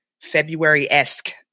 February-esque